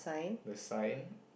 the sign